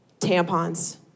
tampons